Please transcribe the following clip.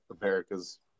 America's